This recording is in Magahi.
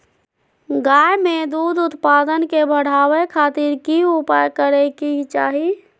गाय में दूध उत्पादन के बढ़ावे खातिर की उपाय करें कि चाही?